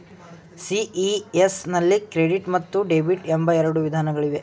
CES ನಲ್ಲಿ credit ಮತ್ತು debit ಎಂಬ ಎರಡು ವಿಧಾನಗಳಿವೆ